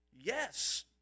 yes